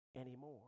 anymore